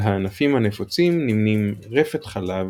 על הענפים הנפוצים נמנים רפת חלב,